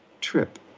trip